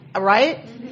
Right